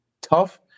tough